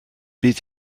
bydd